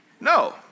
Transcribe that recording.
No